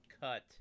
Cut